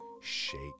shake